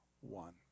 one